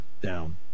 down